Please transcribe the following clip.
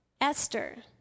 Esther